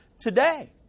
today